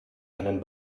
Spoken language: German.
einen